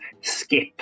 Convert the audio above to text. skip